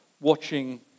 watching